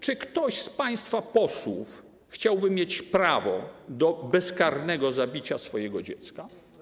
Czy ktoś z państwa posłów chciałby mieć prawo do bezkarnego zabicia swojego dziecka?